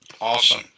Awesome